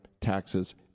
taxes